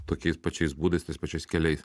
tokiais pačiais būdais tais pačiais keliais